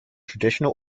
traditional